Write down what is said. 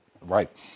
right